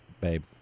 Babe